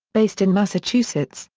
based in massachusetts,